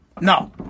no